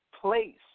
place